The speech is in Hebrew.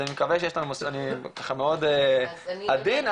אני מאוד עדין,